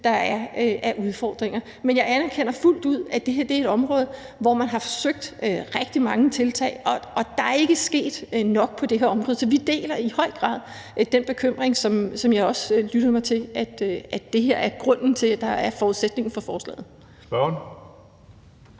de udfordringer, der er. Men jeg anerkender fuldt ud, at det her er et område, hvor man har forsøgt sig med rigtig mange tiltag, og der er ikke sket nok på det her område. Så vi deler i høj grad den bekymring, som jeg også lyttede mig til er grunden til og forudsætningen for forslaget. Kl.